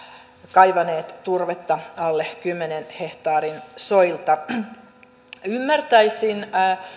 kaivaneet turvetta alle kymmenen hehtaarin soilta ymmärtäisin